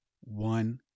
one